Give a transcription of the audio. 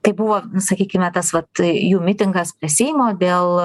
tai buvo sakykime tas vat jų mitingas prie seimo dėl